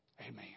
Amen